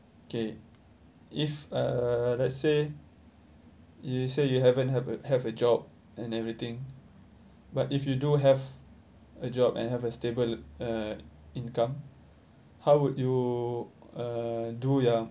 okay if uh let's say you say you haven't have a have a job and everything but if you do have a job and have a stable uh income how would you uh do ya